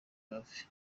hafi